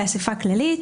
באסיפה כללית.